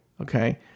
okay